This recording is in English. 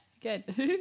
Good